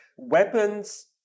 Weapons